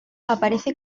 aparece